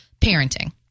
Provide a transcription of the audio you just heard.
parenting